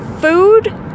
food